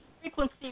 Frequency